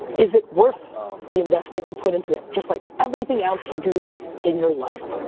is it worth the investment you put into it? just like everything else you do in your life.